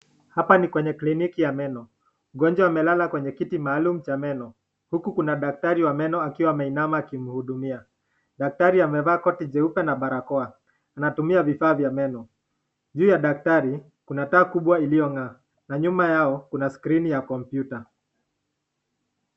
Hapa ni kwenye kliniki ya meno, mgonjwa amelala kwenye kiti maalum cha meno. Huku kuna daktari wa meno akiwa ameinama akimhudumia. Daktari amevaa koti jeupe na barakoa anatumia vifaa vya meno juu ya daktari kuna taa kubwa iliyo ng'aa na nyuma yao kuna scrini ya kompyuta.